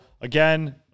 again –